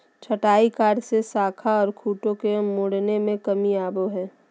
छंटाई कार्य से शाखा ओर खूंटों के मुड़ने में कमी आवो हइ